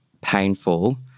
painful